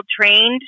trained